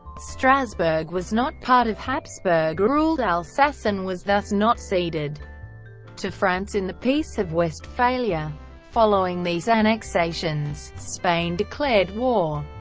strasbourg was not part of habsburg-ruled alsace and was thus not ceded to france in the peace of westphalia. following these annexations, spain declared war,